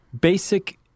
basic